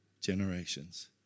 generations